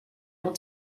will